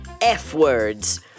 F-words